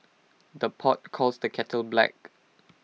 the pot calls the kettle black